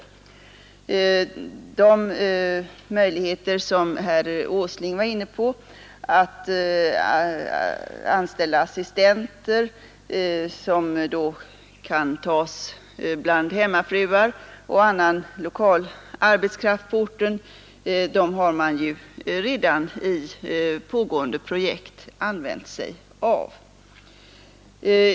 De möjligheter som herr Åsling nämnde, nämligen att som assistenter anställa hemmafruar och annan lokal arbetskraft, har man redan i pågående projekt använt sig av.